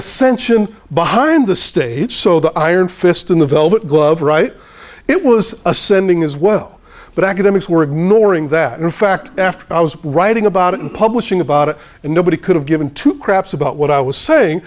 ascension behind the stage so the iron fist in the velvet glove right it was ascending as well but academics were ignoring that in fact after i was writing about it and publishing about it and nobody could have given two craps about what i was saying